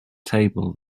table